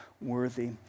worthy